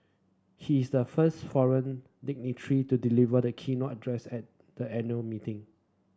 he is the first foreign dignitary to deliver the keynote address at the annual meeting